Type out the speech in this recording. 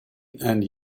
and